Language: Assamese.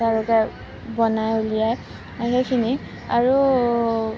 তেওঁলোকে বনাই উলিয়াই এইখিনি আৰু